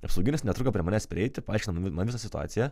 apsauginis netruko prie manęs prieiti paaiškino man visą situaciją